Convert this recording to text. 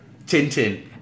Tintin